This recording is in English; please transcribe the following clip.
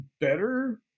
better